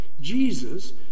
Jesus